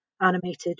animated